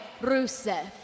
Rusev